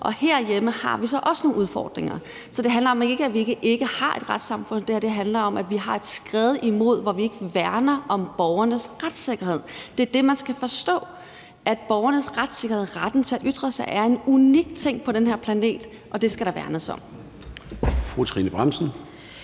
og herhjemme har vi så også nogle udfordringer. Så det handler ikke om, at vi ikke har et retssamfund, det her handler om, at vi har et skred hen imod, at vi ikke værner om borgernes retssikkerhed. Det er det, man skal forstå, altså at borgernes retssikkerhed, retten til at ytre sig, er en unik ting på den her planet, og det skal der værnes om.